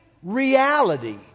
Reality